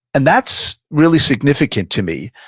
and that's really significant to me.